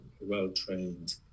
well-trained